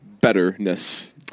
betterness